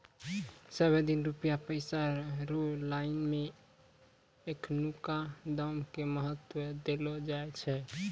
सबहे दिन रुपया पैसा रो लाइन मे एखनुका दाम के महत्व देलो जाय छै